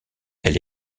elle